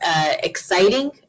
exciting